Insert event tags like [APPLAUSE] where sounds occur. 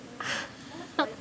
[NOISE]